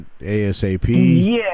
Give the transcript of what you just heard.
ASAP